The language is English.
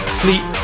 sleep